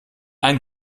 ein